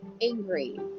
angry